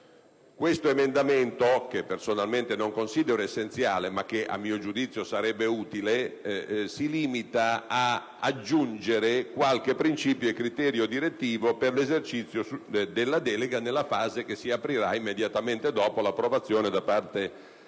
L'emendamento 42.100, che non considero essenziale ma che a mio giudizio sarebbe utile, si limita ad aggiungere qualche principio e criterio direttivo per l'esercizio della delega nella fase che si aprirà immediatamente dopo l'approvazione da parte del Parlamento